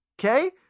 okay